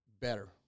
Better